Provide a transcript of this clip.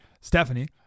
Stephanie